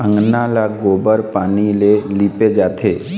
अंगना ल गोबर पानी ले लिपे जाथे